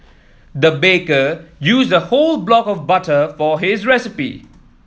the baker used a whole block of butter for this recipe